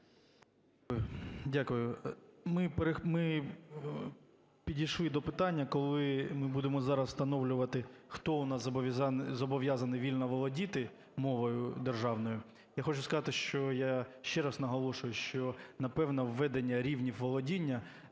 Дякую. Ми підійшли до питання, коли ми будемо зараз встановлювати, хто у нас зобов'язаний вільно володіти мовою державною. Я хочу сказати, що я ще раз наголошую, що, напевно, введення рівнів володіння